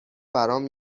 برام